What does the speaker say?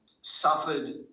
suffered